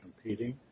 competing